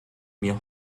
mir